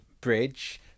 bridge